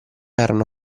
erano